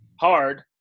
hard